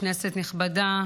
כנסת נכבדה,